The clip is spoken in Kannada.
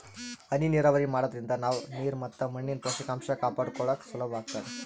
ಹನಿ ನೀರಾವರಿ ಮಾಡಾದ್ರಿಂದ ನಾವ್ ನೀರ್ ಮತ್ ಮಣ್ಣಿನ್ ಪೋಷಕಾಂಷ ಕಾಪಾಡ್ಕೋಳಕ್ ಸುಲಭ್ ಆಗ್ತದಾ